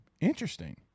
Interesting